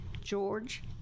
George